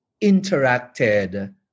interacted